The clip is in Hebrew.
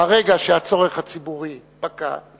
ברגע שהצורך הציבורי פקע,